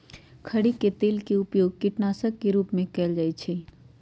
खरी के तेल के उपयोग कीटनाशक के रूप में कएल जाइ छइ